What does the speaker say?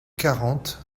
quarante